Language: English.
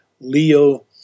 Leo